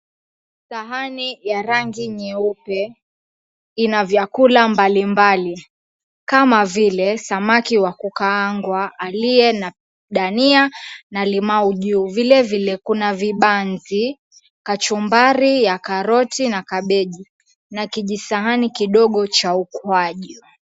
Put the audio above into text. Sahani ya rangi nyeupe inavyakula mbalimbali kama vile; samaki wa kukaangwa aliyena dania na limau juu vile vile kuna vibanzi kachumbari ya karoti na kabegi na kijisahani kidongo cha ukwaju.